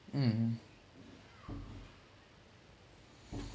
mm